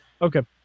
Okay